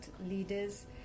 leaders